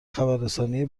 خبررسانی